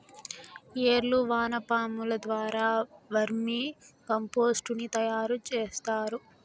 ఏర్లు వానపాముల ద్వారా వర్మి కంపోస్టుని తయారు చేస్తారు